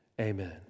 amen